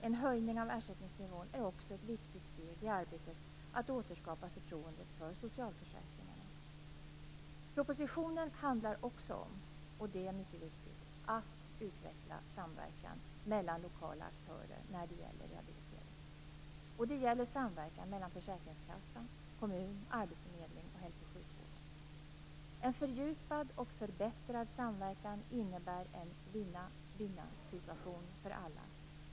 En höjning av ersättningsnivån är också ett viktigt steg i arbetet att återskapa förtroendet för socialförsäkringarna. Propositionen handlar också om, och det är mycket viktigt, att utveckla samverkan mellan lokala aktörer när det gäller rehabilitering. Det gäller samverkan mellan försäkringskassa, kommun, arbetsförmedling och hälso och sjukvården. En fördjupad och förbättrad samverkan innebär en vinna-vinnasituation för alla.